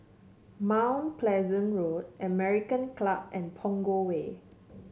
Mount Pleasant Road American Club and Punggol Way